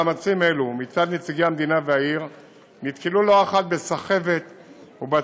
מאמצים אלו מצד נציגי המדינה והעיר נתקלו לא אחת בסחבת ובהצעות